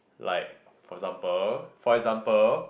like for example for example